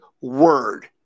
word